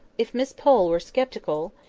if miss pole were sceptical,